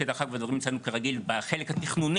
ודרך אגב, מדברים אצלנו כרגיל, בחלק התכנוני.